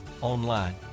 online